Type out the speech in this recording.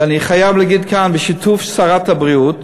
ואני חייב להגיד כאן בשיתוף שרת הבריאות,